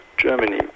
Germany